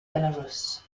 belarus